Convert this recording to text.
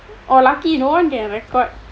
oh lucky no one can record